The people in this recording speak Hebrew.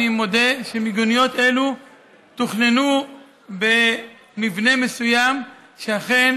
אני מודה שהמיגוניות האלו תוכננו במבנה מסוים שאכן